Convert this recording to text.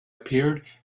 appeared